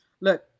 look